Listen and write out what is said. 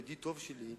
ידיד טוב שלי,